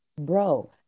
Bro